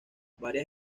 varias